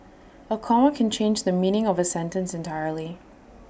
A comma can change the meaning of A sentence entirely